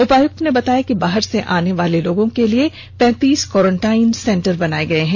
उपायुक्त ने बताया कि बाहर से आने वाले लोगों के लिए पैंतीस क्वारेंटाइन सेंटर बनाये गये है